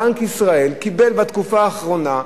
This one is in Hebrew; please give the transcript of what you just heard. בתקופה האחרונה,